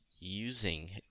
using